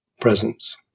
presence